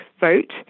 vote